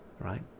right